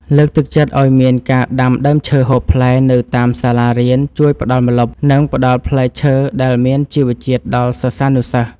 លើកទឹកចិត្តឱ្យមានការដាំដើមឈើហូបផ្លែនៅតាមសាលារៀនជួយផ្ដល់ម្លប់ និង ផ្ដល់ផ្លែឈើដែលមានជីវជាតិដល់សិស្សានុសិស្ស។